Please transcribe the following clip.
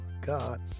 God